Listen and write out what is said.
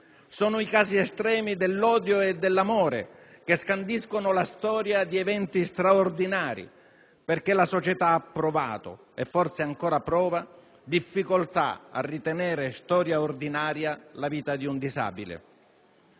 Sono i casi estremi dell'odio e dell'amore che scandiscono la storia di eventi straordinari, perché la società ha provato, e forse ancora prova difficoltà a ritenere storia ordinaria la vita di un disabile.